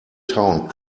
town